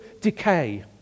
decay